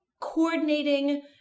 coordinating